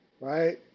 right